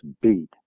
beat